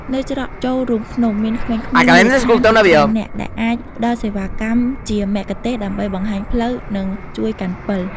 នៅច្រកចូលរូងភ្នំ មានក្មេងៗមូលដ្ឋានជាច្រើននាក់ដែលអាចផ្ដល់សេវាកម្មជាមគ្គុទ្ទេសក៍ដើម្បីបង្ហាញផ្លូវ និងជួយកាន់ពិល។